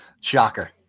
Shocker